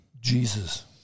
Jesus